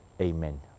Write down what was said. Amen